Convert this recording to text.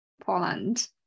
Poland